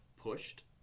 pushed